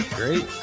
great